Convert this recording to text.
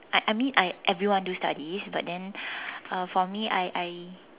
I mean I everyone do studies but then uh for me I I